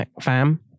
fam